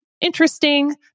interesting